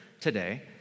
today